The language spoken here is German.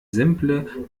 simple